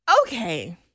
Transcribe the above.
Okay